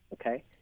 okay